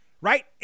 right